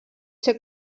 ser